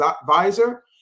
advisor